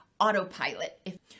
autopilot